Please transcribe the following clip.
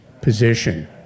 position